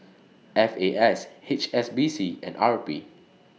F A S H S B C and R P